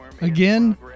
Again